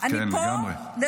אני פה.